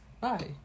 Bye